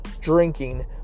drinking